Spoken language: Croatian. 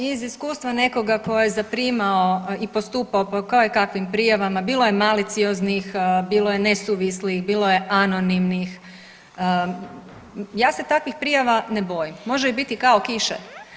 Pa iz iskustva nekoga ko je zaprimao i postupao po kojekakvim prijavama bilo je malicioznih, bilo je nesuvislih, bilo je anonimnih, ja se takvih prijava ne bojim, može ih biti kao kiše.